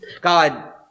God